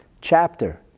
chapter